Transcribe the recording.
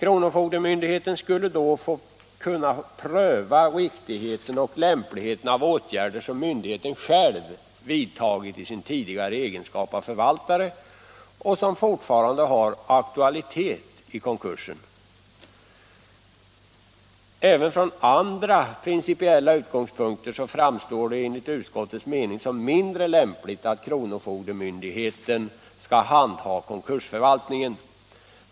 Kronofogdemyndigheten skulle då kunna få pröva riktigheten och lämpligheten av åtgärder som myndigheten själv vidtagit i sin tidigare egenskap av förvaltare och som fortfarande har aktualitet i konkursen. Även från andra principiella utgångspunkter framstår det enligt utskottets mening som mindre lämpligt att kronofogdemyndighet skall handha konkursförvaltningen.